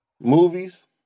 Movies